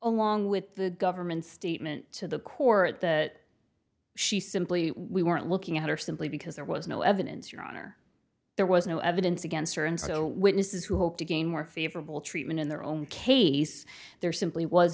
along with the government statement to the court the she simply we weren't looking at her simply because there was no evidence your honor there was no evidence against her and so witnesses who hope to gain more favorable treatment in their own case there simply was